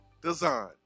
design